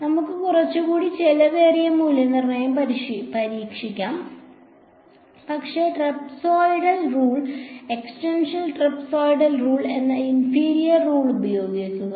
നമുക്ക് കുറച്ചുകൂടി ചെലവേറിയ മൂല്യനിർണ്ണയം പരീക്ഷിക്കാം പക്ഷേ trapezoidal rule extended trapezoidal rule എന്ന ഇൻഫീരിയർ റൂൾ ഉപയോഗിക്കുക